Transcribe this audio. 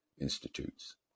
institutes